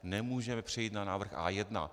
Nemůžeme přejít na návrh A1.